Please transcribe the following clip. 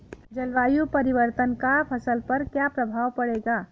जलवायु परिवर्तन का फसल पर क्या प्रभाव पड़ेगा?